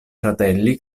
fratelli